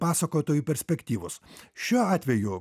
pasakotojų perspektyvos šiuo atveju